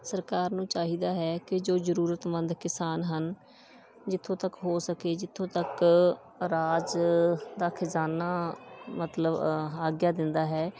ਸਰਕਾਰ ਨੂੰ ਚਾਹੀਦਾ ਹੈ ਕਿ ਜੋ ਜ਼ਰੂਰਤਮੰਦ ਕਿਸਾਨ ਹਨ ਜਿੱਥੋਂ ਤੱਕ ਹੋ ਸਕੇ ਜਿੱਥੋਂ ਤੱਕ ਰਾਜ ਦਾ ਖਜ਼ਾਨਾ ਮਤਲਬ ਆਗਿਆ ਦਿੰਦਾ ਹੈ